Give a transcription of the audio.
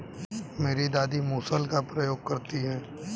मेरी दादी मूसल का प्रयोग करती हैं